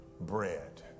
bread